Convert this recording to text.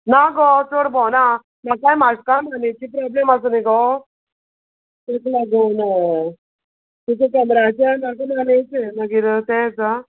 ना गो चड भोंवना म्हाकाय म्हाका मानेची प्रॉब्लम आसा न्ही गो ताका लागून हय तुजें कम्राचें आनी म्हाका मानेचें मागीर तेंच आ